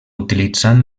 utilitzant